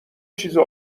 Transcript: چیزو